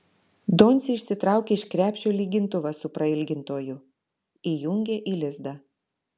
doncė išsitraukė iš krepšio lygintuvą su prailgintoju įjungė į lizdą